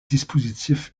dispositifs